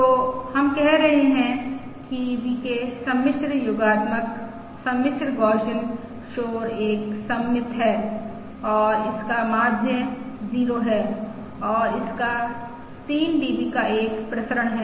तो हम कह रहे हैं कि VK सम्मिश्र योगात्मक सम्मिश्र गौसियन शोर एक सममित है और इसका माध्य 0 है और इसका 3 dB का एक प्रसरण है